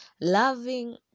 loving